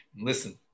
listen